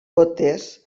botes